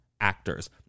actors